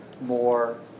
more